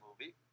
movie